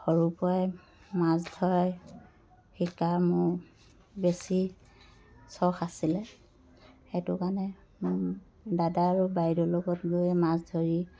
সৰুৰপৰাই মাছ ধৰা শিকা মোৰ বেছি চখ আছিলে সেইটো কাৰণে দাদা আৰু বাইদেউৰ লগত গৈ মাছ ধৰি